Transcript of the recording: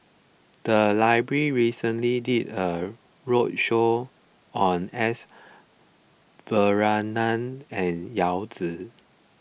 the library recently did a roadshow on S Varathan and Yao Zi